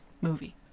movie